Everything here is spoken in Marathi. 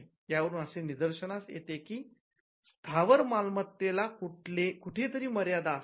यावरून असे निदर्शनास येते की स्थावर मालमत्तेला कुठेतरी मर्यादा असते